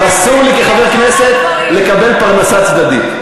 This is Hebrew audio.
אבל אסור לי כחבר כנסת לקבל פרנסה צדדית.